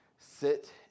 Sit